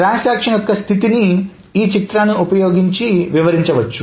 transaction యొక్క స్థితిని ఈ చిత్రాన్ని ఉపయోగించి వివరించవచ్చు